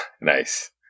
Nice